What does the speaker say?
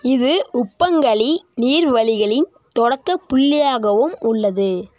இது உப்பங்கழி நீர்வழிகளின் தொடக்க புள்ளியாகவும் உள்ளது